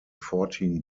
fourteen